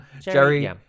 Jerry